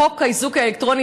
חוק האיזוק האלקטרוני,